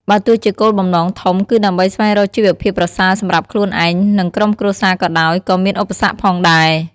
បើទោះជាគោលបំណងធំ គឺដើម្បីស្វែងរកជីវភាពប្រសើរសម្រាប់ខ្លួនឯង និងក្រុមគ្រួសារក៏ដោយ ក៏មានឧបសគ្គផងដែរ។